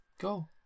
Go